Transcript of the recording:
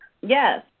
yes